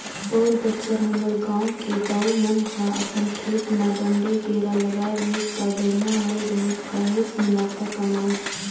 पउर बच्छर हमर गांव के दाऊ मन ह अपन खेत म डांड़े केरा लगाय रहिस त बड़िहा होय रहिस काहेच मुनाफा कमाइस